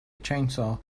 chainsaw